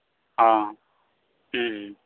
ᱦᱮᱸ